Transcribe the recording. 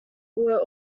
were